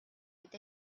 with